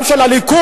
גם של הליכוד,